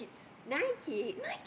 nine kid